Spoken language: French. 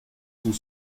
sont